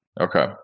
Okay